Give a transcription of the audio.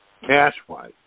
cash-wise